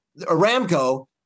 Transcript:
Aramco